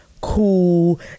cool